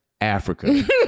Africa